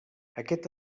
aquest